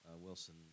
Wilson